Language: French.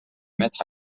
mettre